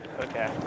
Okay